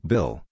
Bill